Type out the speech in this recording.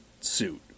suit